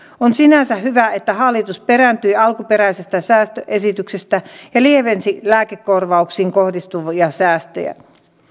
on sinänsä hyvä että hallitus perääntyi alkuperäisestä säästöesityksestä ja lievensi lääkekorvauksiin kohdistuvia säästöjä